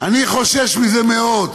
אני חושש מזה מאוד,